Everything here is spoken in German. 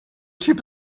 typ